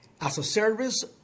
as-a-service